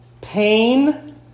pain